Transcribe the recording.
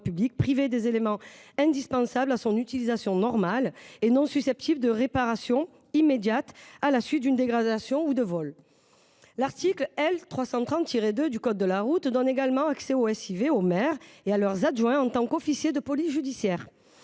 privé des éléments indispensables à son utilisation normale et non susceptible de réparation immédiate à la suite de dégradations ou de vols. L’article L. 330-2 du code de la route donne également accès au SIV aux maires et à leurs adjoints en tant qu’officiers de police judiciaire